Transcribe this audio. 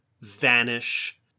vanish